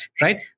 right